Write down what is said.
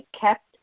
kept